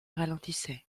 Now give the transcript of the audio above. ralentissait